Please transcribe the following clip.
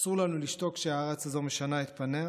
אסור לנו לשתוק כשהארץ הזו משנה את פניה